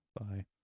bye